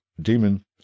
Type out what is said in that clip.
demon